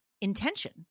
intention